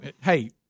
hey